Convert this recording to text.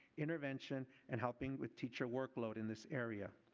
intervention and helping with teacher workload in this area.